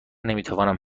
نمیتوانم